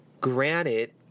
Granted